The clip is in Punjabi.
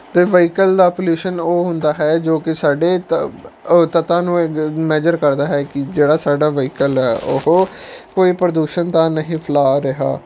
ਅਤੇ ਵਾਹੀਕਲ ਦਾ ਪੋਲੀਊਸ਼ਨ ਉਹ ਹੁੰਦਾ ਹੈ ਜੋ ਕਿ ਸਾਡੇ ਤ ਉਹ ਤੱਤਾਂ ਨੂੰ ਮੈਜ਼ਰ ਕਰਦਾ ਹੈ ਕਿ ਜਿਹੜਾ ਸਾਡਾ ਵਾਹੀਕਲ ਹੈ ਉਹ ਕੋਈ ਪ੍ਰਦੂਸ਼ਣ ਤਾਂ ਨਹੀਂ ਫੈਲਾ ਰਿਹਾ